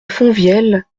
fontvieille